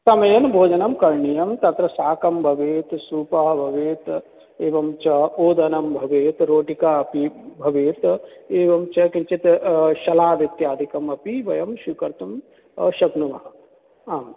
समयेन भोजनं करणीयं तत्र शाकं भवेत् सूपः भवेत् एवञ्च ओदनं भवेत् रोटिका अपि भवेत् एवञ्च किञ्चिद् सलाड् इत्यादिकम् अपि वयं स्वीकर्तुं शक्नुमः आम्